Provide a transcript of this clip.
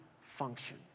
function